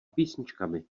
písničkami